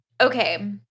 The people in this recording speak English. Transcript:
Okay